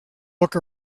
look